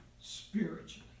spiritually